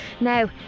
Now